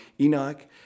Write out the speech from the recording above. Enoch